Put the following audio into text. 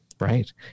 Right